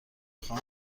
خواهم